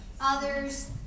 others